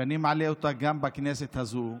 שאני מעלה גם בכנסת הזו,